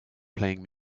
playing